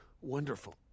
wonderful